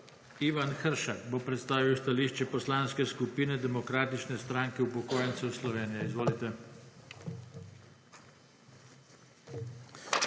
Ivan Hršak bo predstavil stališče Poslanske skupine Demokratične stranke upokojencev Slovenije. Izvolite.